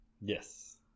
Yes